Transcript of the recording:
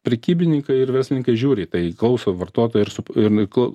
prekybininkai ir verslininkai žiūri į tai klauso vartotojo ir su laiku